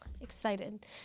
excited